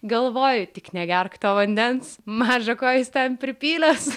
galvoju tik negerk to vandens maža ko jis ten pripylęs